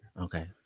Okay